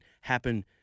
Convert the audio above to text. happen